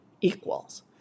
equals